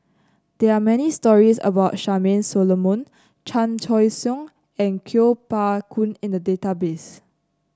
there are many stories about Charmaine Solomon Chan Choy Siong and Kuo Pao Kun in the database